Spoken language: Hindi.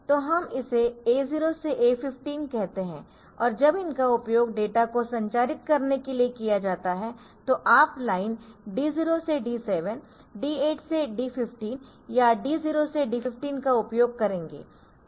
तो हम इसे A0 से A15 कहते है और जब इनका उपयोग डेटा को संचारित करने के लिए किया जाता है तो आप लाइन D0 से D7 D8 से D15 या D 0 से D 15 का उपयोग करेंगे